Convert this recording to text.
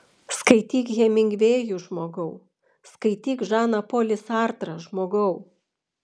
skaityk hemingvėjų žmogau skaityk žaną polį sartrą žmogau